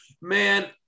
man